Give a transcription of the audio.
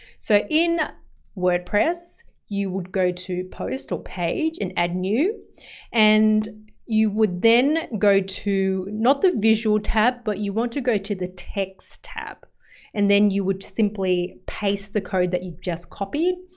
so in wordpress, you would go to post or page and add new and you would then go to, not the visual tab, but you want to go to the text tab and then you would simply paste the code that you've just copied.